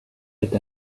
est